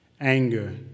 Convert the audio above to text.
anger